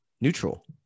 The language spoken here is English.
neutral